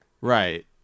Right